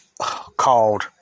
called